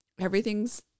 Everything's